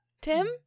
Tim